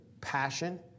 passion